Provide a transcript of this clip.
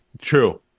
True